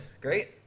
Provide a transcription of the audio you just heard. Great